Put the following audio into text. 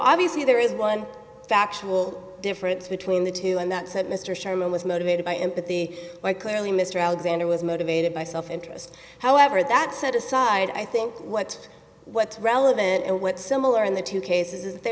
obviously there is one factual difference between the two and that said mr sherman was motivated by empathy by clearly mr alexander was motivated by self interest however that set aside i think what what's relevant and what's similar in the two cases they